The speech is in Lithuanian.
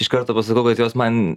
iš karto pasakau kad jos man